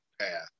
path